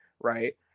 right